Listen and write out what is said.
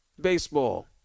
Baseball